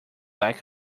lack